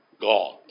God